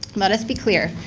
let us be clear,